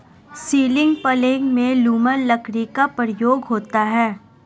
ceiling प्लेग में lumber लकड़ी का प्रयोग होता है